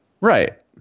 Right